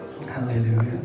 hallelujah